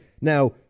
Now